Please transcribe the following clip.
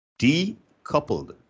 Decoupled